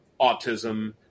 autism